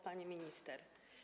Pani Minister!